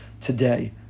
today